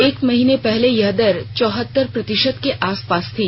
एक महिना पहले यह दर चौहतर प्रतिशत के आसपास थी